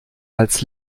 als